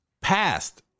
past